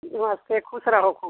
नमस्ते ख़ुश रहो ख़ूब